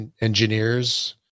engineers